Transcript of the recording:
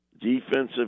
defensive